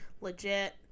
legit